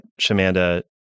Shamanda